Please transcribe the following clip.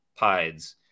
pides